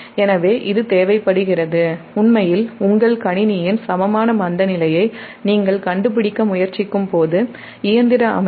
எனவே இது உண்மையில் தேவைப் படுகிறது உங்கள் கணினியின் சமமான மந்தநிலையை நீங்கள் கண்டுபிடிக்க முயற்சிக்கும்போது இயந்திர அமைப்பு